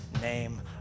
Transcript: name